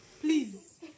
please